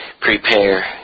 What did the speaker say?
prepare